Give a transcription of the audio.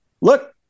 look